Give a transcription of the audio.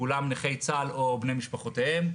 כולם נכי צה"ל או בני משפחותיהם,